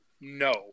No